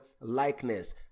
likeness